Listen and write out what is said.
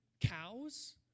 cows